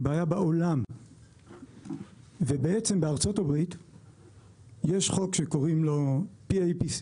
היא בעיה בעולם ובעצם בארצות הברית יש חוק שקוראים לו PACA